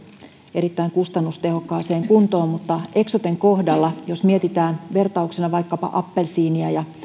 erittäin kustannustehokkaaseen kuntoon mutta jos eksoten kohdalla mietitään vertauksena vaikkapa appelsiinia ja